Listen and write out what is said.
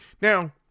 Now